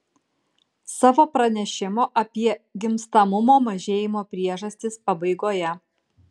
savo pranešimo apie gimstamumo mažėjimo priežastis pabaigoje